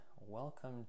Welcome